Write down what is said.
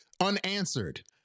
unanswered